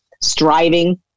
striving